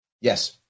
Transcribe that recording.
Yes